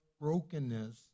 brokenness